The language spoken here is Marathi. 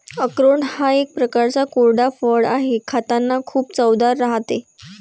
अक्रोड हा एक प्रकारचा कोरडा फळ आहे, खातांना खूप चवदार राहते